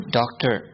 doctor